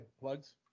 Plugs